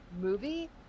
movie